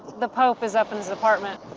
the pope is up in his apartment.